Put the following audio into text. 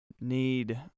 need